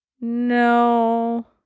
No